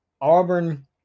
auburn